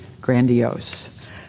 grandiose